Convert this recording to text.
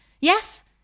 Yes